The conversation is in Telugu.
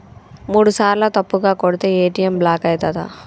మూడుసార్ల తప్పుగా కొడితే ఏ.టి.ఎమ్ బ్లాక్ ఐతదా?